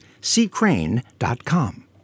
ccrane.com